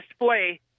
display